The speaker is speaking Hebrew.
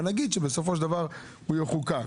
אבל נגיד שבסופו של דבר הוא יחוקק.